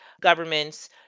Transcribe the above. governments